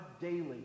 daily